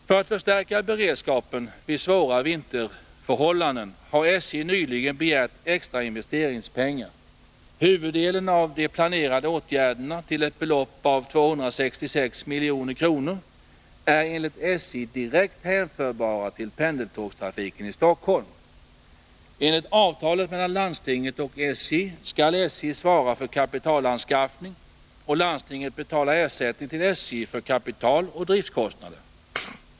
För att förstärka beredskapen vid svåra vinterförhållanden har SJ nyligen begärt extra investeringspengar. Huvuddelen av de planerade åtgärderna — till ett belopp av 266 milj.kr. — är enligt SJ direkt hänförbara till pendeltågstrafiken i Stockholm. Enligt avtalet mellan landstinget och SJ skall SJ svara för kapitalanskaffning och landstinget betala ersättning till SJ för kapitaloch driftkostnader.